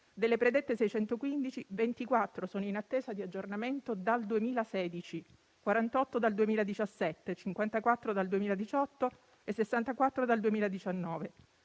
Delle predette 615, 24 sono in attesa di aggiornamento dal 2016, 48 dal 2017, 54 dal 2018 e 64 dal 2019.